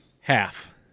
Half